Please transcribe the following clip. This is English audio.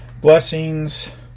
Blessings